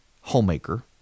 homemaker